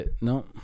No